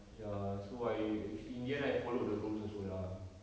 ya so I f~ in the end I followed the rules also lah